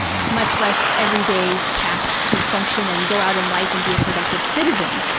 much less everyday tasks to function and go out in life and be a productive citizen.